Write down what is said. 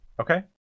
Okay